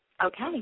Okay